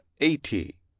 eighty